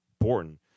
important